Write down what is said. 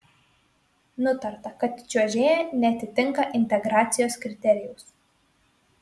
nutarta kad čiuožėja neatitinka integracijos kriterijaus